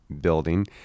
building